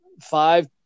five